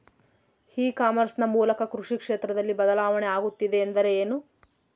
E commerce ನ ಮೂಲಕ ಕೃಷಿ ಕ್ಷೇತ್ರದಲ್ಲಿ ಬದಲಾವಣೆ ಆಗುತ್ತಿದೆ ಎಂದರೆ ಏನು?